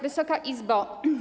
Wysoka Izbo!